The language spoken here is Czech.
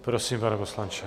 Prosím, pane poslanče.